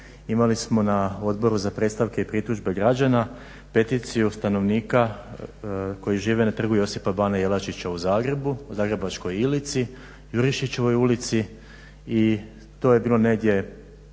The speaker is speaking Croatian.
imali smo na Odboru za predstavke i pritužbe građana peticiju stanovnika koji žive na Trgu Josipa Bana Jelačića u Zagrebu, zagrebačkoj Ilici, Jurišićevoj ulici i to je bilo negdje